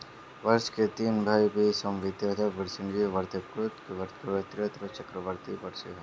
वर्षा के तीन भेद हैं संवहनीय वर्षा, पर्वतकृत वर्षा और चक्रवाती वर्षा